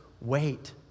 wait